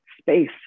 space